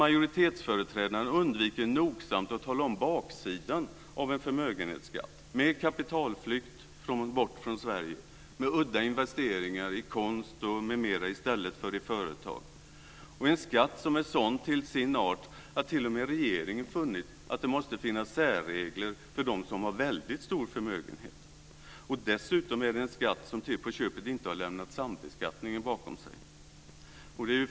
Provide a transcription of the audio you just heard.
Majoritetsföreträdaren undviker nogsamt att tala om baksidan av en förmögenhetsskatt - kapitalflykt från Sverige och udda investeringar i konst och annat i stället för i företag. Det handlar alltså om en skatt som till sin art är sådan att t.o.m. regeringen kommit fram till att det måste finnas särregler för dem som har en väldigt stor förmögenhet. Dessutom handlar det om en skatt som till på köpet inte lämnat sambeskattningen bakom sig.